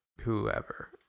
whoever